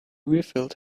refilled